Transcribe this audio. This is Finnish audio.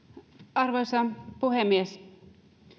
arvoisa puhemies